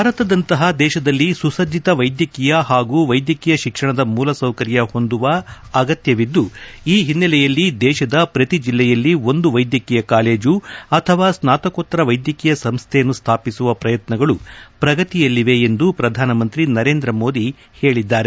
ಭಾರತದಂತಹ ದೇಶದಲ್ಲಿ ಸುಸಜ್ಜಿತ ವೈದ್ಯಕೀಯ ಹಾಗೂ ವೈದ್ಯಕೀಯ ಶಿಕ್ಷಣದ ಮೂಲಸೌಕರ್ಯ ಹೊಂದುವ ಅಗತ್ಯವಿದ್ದು ಈ ಹಿನ್ನೆಲೆಯಲ್ಲಿ ದೇಶದ ಪ್ರತಿ ಜಿಲ್ಲೆಯಲ್ಲಿ ಒಂದು ವೈದ್ಯಕೀಯ ಕಾಲೇಜು ಅಥವಾ ಸ್ವಾತಕೋತ್ತರ ವೈದ್ಯಕೀಯ ಸಂಸ್ಥೆಯನ್ನು ಸ್ಥಾಪಿಸುವ ಪ್ರಯತ್ನಗಳು ಪ್ರಗತಿಯಲ್ಲಿವೆ ಎಂದು ಪ್ರಧಾನಮಂತ್ರಿ ನರೇಂದ್ರ ಮೋದಿ ಹೇಳಿದ್ದಾರೆ